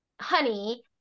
honey